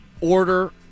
order